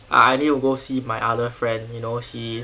I I need to go see my other friend you know she